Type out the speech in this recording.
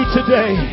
today